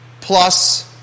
plus